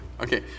Okay